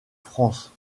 france